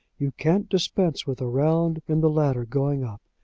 you can't dispense with a round in the ladder going up.